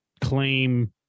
claim